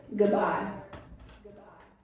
goodbye